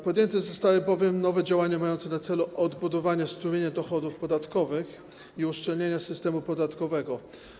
Podjęte zostały bowiem nowe działania mające na celu odbudowanie strumienia dochodów podatkowych i uszczelnienie systemu podatkowego.